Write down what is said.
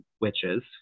witches